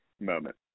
moment